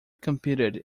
competed